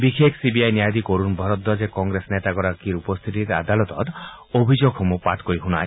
বিশেষ C B I ন্যায়াধীশ অৰুণ ভৰদ্বাজে কংগ্ৰেছ নেতাগৰাকীৰ উপস্থিতিত আদালতত অভিযোগসমূহ পাঠ কৰি শুনায়